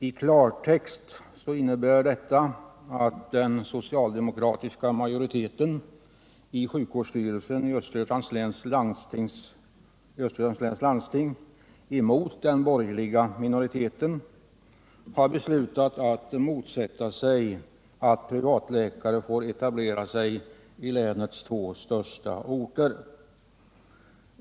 I klartext innebär det att den socialdemokratiska majoriteten i sjukvårdsstyrelsen i Östergötlands läns landsting mot den borgerliga minoriteten har beslutat att motsätta sig att privatläkare får etablera sig i länets två största orter.